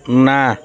ନା